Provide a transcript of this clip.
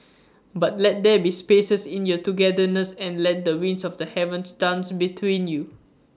but let there be spaces in your togetherness and let the winds of the heavens dance between you